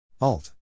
Alt